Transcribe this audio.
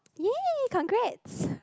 ya congrats